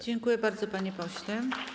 Dziękuję bardzo, panie pośle.